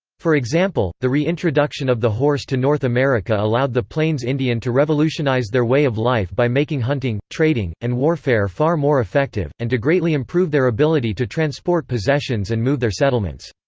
for example, the re-introduction of the horse to north america allowed the plains indian to revolutionize their way of life by making hunting, trading, and warfare far more effective, and to greatly improve their ability to transport possessions and move their settlements.